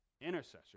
intercessor